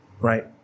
right